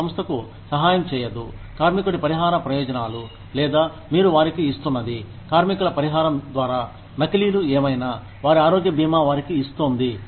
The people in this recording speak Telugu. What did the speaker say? ఇది సంస్థకు సహాయం చేయదు కార్మికుడి పరిహార ప్రయోజనాలు లేదా మీరు వారికి ఇస్తున్నది కార్మికుల పరిహారం ద్వారా నకిలీలు ఏమైనా వారి ఆరోగ్య బీమా వారికి ఇస్తోంది